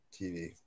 TV